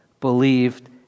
believed